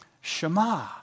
Shema